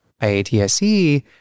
IATSE